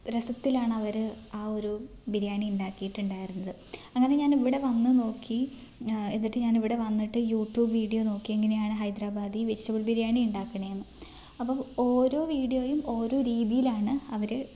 രസത്തിലാണ് അവർ ആ ഒരു ബിരിയാണി ഉണ്ടാക്കിയിട്ടുണ്ടായിരുന്നത് അങ്ങനെ ഞാൻ ഇവിടെ വന്ന് നോക്കി എന്നിട്ട് ഞാൻ ഇവിടെ വന്നിട്ട് യൂട്യൂബ് വീഡിയോ നോക്കി എങ്ങനെയാണ് ഹൈദരാബാദി വെജിറ്റബിൾ ബിരിയാണി ഉണ്ടക്കണതെന്ന് അപ്പോൾ ഓരോ വീഡിയോയും ഓരോ രീതിയിലാണ് അവർ